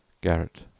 Garrett